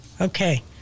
Okay